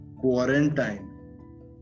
quarantine